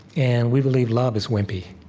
and we believe love is wimpy.